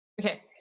Okay